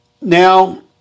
now